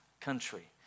country